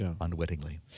unwittingly